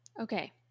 Okay